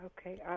okay